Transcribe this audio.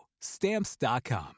Stamps.com